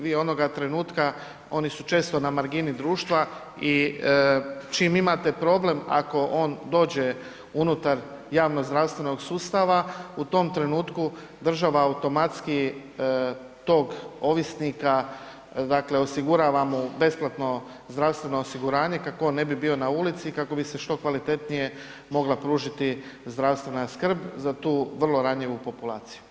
Vi onoga trenutka, oni su često na margini društva i čim imate problem ako on dođe unutar javno zdravstvenog sustava u tom trenutku država automatski tog ovisnika dakle osigurava mu besplatno zdravstveno osiguranje kako on ne bi bio na ulici i kako bi se što kvalitetnije mogla pružiti zdravstvena skrb za tu vrlo ranjivu populaciju.